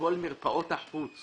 וכל מרפאות החוץ